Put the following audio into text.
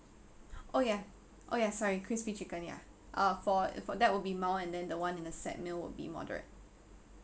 oh ya oh ya sorry crispy chicken yeah uh for it for that will be mild and then the one in the set meal would be moderate